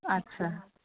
आदसा